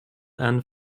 and